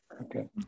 Okay